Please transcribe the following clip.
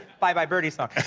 bye-bye birdie song.